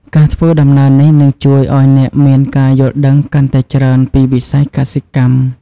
ការធ្វើដំណើរនេះនឹងជួយឱ្យអ្នកមានការយល់ដឹងកាន់តែច្រើនពីវិស័យកសិកម្ម។